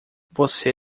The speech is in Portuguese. você